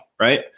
right